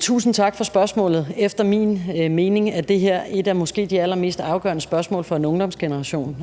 Tusind tak for spørgsmålet. Efter min mening er det her et af de måske allermest afgørende spørgsmål for en ungdomsgeneration,